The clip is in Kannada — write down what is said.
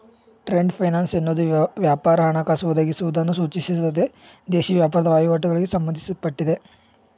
ಟ್ರೇಡ್ ಫೈನಾನ್ಸ್ ಎನ್ನುವುದು ವ್ಯಾಪಾರ ಹಣಕಾಸು ಒದಗಿಸುವುದನ್ನು ಸೂಚಿಸುತ್ತೆ ದೇಶೀಯ ವ್ಯಾಪಾರದ ವಹಿವಾಟುಗಳಿಗೆ ಸಂಬಂಧಪಟ್ಟಿದೆ